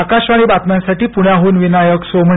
आकाशवाणी बातम्यांसाठी प्ण्याह्न विनायक सोमणी